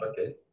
Okay